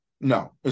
no